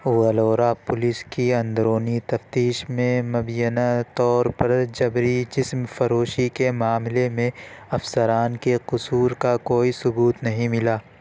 Vlora police کی اندرونی تفتیش میں مبینہ طور پر جبری جسم فروشی کے معاملے میں افسران کے قصور کا کوئی ثبوت نہیں ملا